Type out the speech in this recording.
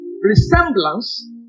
resemblance